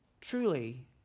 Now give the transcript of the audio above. truly